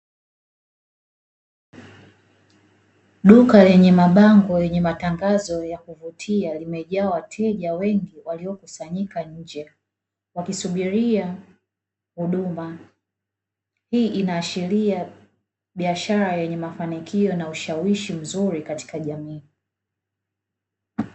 Duka yenye mabango yenye matangazo ya kuvutia, limejaa wateja wengi waliokusanyika nje, wakisubiria huduma. Hii inaashiria biashara yenye mafanikio na ushawishi mzuri katika jamii.